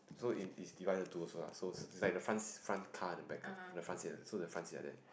so in it's divided in two also lah so it's like the front front car and the back the front so the front seat like that